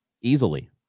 easily